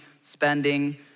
spending